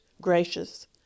gracious